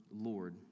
Lord